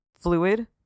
fluid